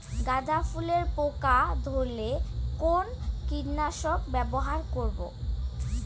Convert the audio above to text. গাদা ফুলে পোকা ধরলে কোন কীটনাশক ব্যবহার করব?